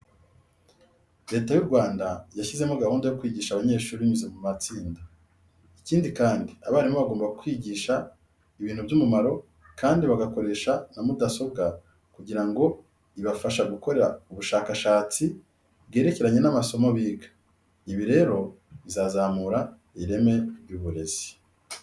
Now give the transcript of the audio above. Leta y'u Rwanda yashyizemo gahunda yo kwigisha abanyeshuri binyuze mu matsinda. Ikindi kandi, abarimu bagomba kwigisha ibintu by'umumaro kandi bagakoresha na mudasobwa kugira ngo ibafasha gukora ubushakashatsi bwerekeranye n'amasomo biga. Ibi rero bizazamura ireme ry'uburezi.